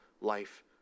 life